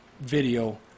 video